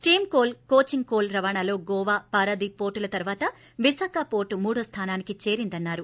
స్లీమ్ coal coking coal రవాణాలో గోవా పారాదీప్ పోర్టుల తరువాత విశాఖ పోర్టు మూడో స్థానానికి చేరిందని అన్నారు